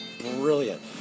brilliant